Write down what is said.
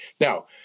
Now